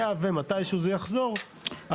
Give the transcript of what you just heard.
היה ומתישהו זה יחזור אז.